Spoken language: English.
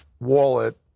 wallet